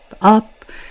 up